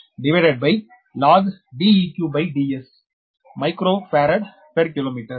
0242log DeqDs microfarad per kilometre